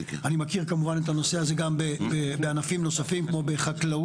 אני כמובן מכיר את הנושא הזה גם מענפים נוספים כמו חקלאות.